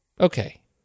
Okay